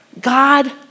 God